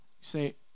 say